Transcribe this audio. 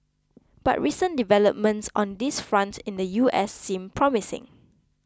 but recent developments on this front in the U S seem promising